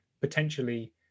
potentially